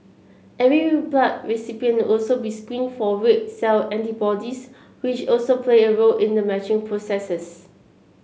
every blood recipient also be screened for red cell antibodies which also play a role in the matching process